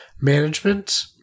management